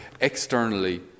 externally